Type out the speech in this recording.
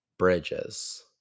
bridges